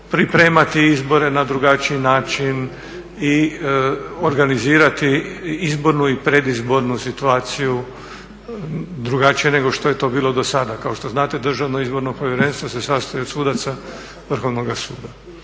pripremati izbore na drugačiji način i organizirati izbornu i predizbornu situaciju drugačije nego što je to bilo dosada. Kao što znate Državno izborno povjerenstvo se sastoji od sudaca Vrhovnoga suda.